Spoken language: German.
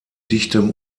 dichtem